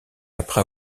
après